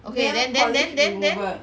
okay then then then then then